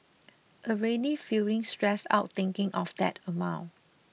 already feeling stressed out thinking of that amount